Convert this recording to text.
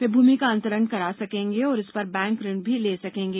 वे भूमि का अंतरण करा सकेंगे तथा इस पर बैंक से ऋण भी ले सकेंगे